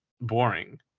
boring